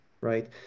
right